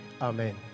Amen